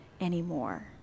anymore